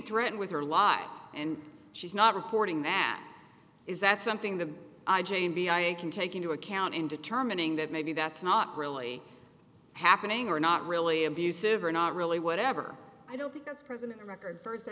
threatened with their lives and she's not reporting that is that's something the jamie i can take into account in determining that maybe that's not really happening or not really abusive or not really whatever i don't think that's present in the record first